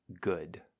good